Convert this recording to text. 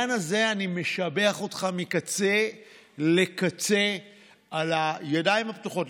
בעניין הזה אני משבח אותך מקצה לקצה על הידיים הפתוחות.